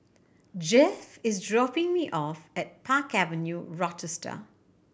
Jeff is dropping me off at Park Avenue Rochester